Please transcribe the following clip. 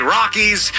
Rockies